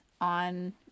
on